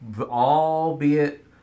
albeit